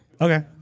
Okay